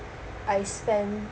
I spend